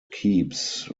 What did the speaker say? keeps